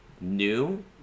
new